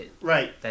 right